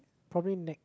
probably ne~